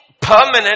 Permanent